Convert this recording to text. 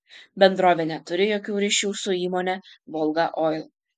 bendrovė neturi jokių ryšių su įmone volga oil